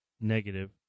negative